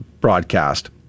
broadcast